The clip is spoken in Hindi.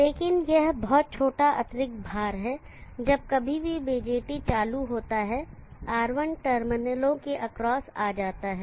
लेकिन यह बहुत छोटा अतिरिक्त भार है जब कभी भी BJT चालू होता है R1 टर्मिनलों के एक्रॉसआ जाता है